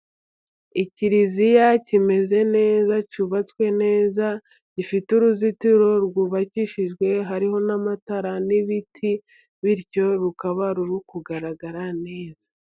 Ikiriziya kimeze neza cyubatswe neza, gifite uruzitiro rwubakishijwe hariho n'amatara, n'ibiti, bityo rukaba ruri kugaragara neza.